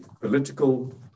political